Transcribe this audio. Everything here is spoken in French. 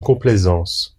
complaisance